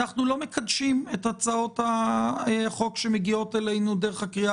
שאנחנו לא מקדשים את הצעות החוק שמגיעות אלינו דרך הקריאה